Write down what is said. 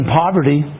poverty